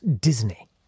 Disney